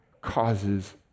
causes